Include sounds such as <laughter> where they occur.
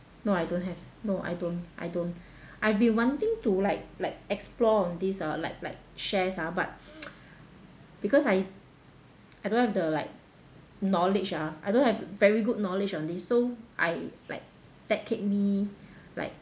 no I don't have no I don't I don't I've been wanting to like like explore on this ah like like shares ah but <noise> because I I don't have the like knowledge ah I don't have very good knowledge on this so I like that kept me like